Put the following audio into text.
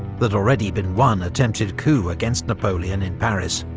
there'd already been one attempted coup against napoleon in paris,